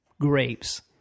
grapes